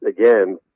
again